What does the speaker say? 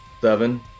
Seven